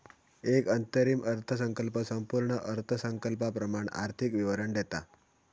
एक अंतरिम अर्थसंकल्प संपूर्ण अर्थसंकल्पाप्रमाण आर्थिक विवरण देता